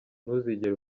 ntuzigere